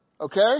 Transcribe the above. okay